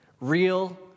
real